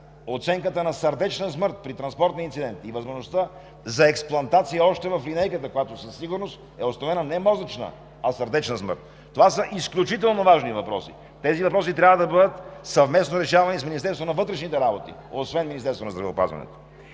оценката на сърдечна смърт при транспортен инцидент и възможността за експлантация още в линейката, когато със сигурност е установена не мозъчна, а сърдечна смърт. Това са изключително важни въпроси! Тези въпроси трябва да бъдат съвместно решавани с Министерството на вътрешните работи, освен Министерството на здравеопазването.